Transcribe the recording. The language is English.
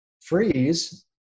Freeze